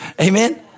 Amen